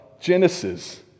Genesis